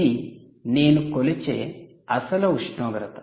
ఇది నేను కొలిచే అసలు ఉష్ణోగ్రత